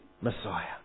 Messiah